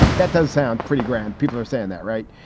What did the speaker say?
that does sound pretty grand. people are saying that. right.